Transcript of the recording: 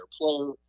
player